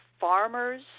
farmers